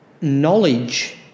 Knowledge